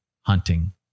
hunting